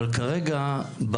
אבל כרגע,